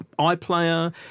iPlayer